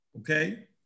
Okay